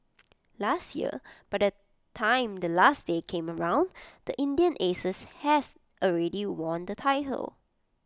last year by the time the last day came around the Indian Aces had already won the title